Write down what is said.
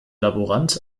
laborant